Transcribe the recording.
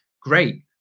great